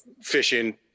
fishing